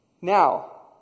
Now